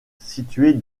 située